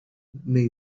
neu